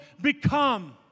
become